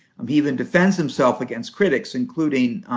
um even defends himself against critics, including